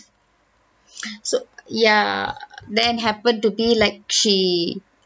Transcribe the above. so ya then happen to be like she